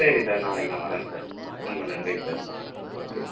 சரி சார் நாளைக்கு நான் வரேன் சார் ரொம்ப நன்றி சார் ஓகே சார்